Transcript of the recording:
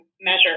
measure